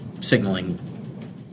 signaling